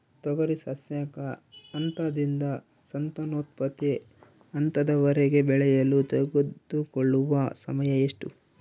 ತೊಗರಿ ಸಸ್ಯಕ ಹಂತದಿಂದ ಸಂತಾನೋತ್ಪತ್ತಿ ಹಂತದವರೆಗೆ ಬೆಳೆಯಲು ತೆಗೆದುಕೊಳ್ಳುವ ಸಮಯ ಎಷ್ಟು?